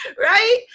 Right